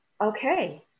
okay